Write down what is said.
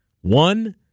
One